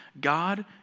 God